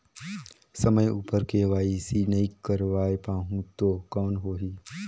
समय उपर के.वाई.सी नइ करवाय पाहुं तो कौन होही?